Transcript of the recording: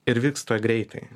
ir vyksta greitai